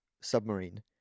submarine